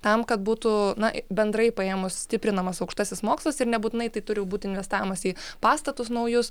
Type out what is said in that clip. tam kad būtų na bendrai paėmus stiprinamas aukštasis mokslas ir nebūtinai turi būti investavimas į pastatus naujus